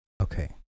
Okay